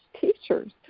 teachers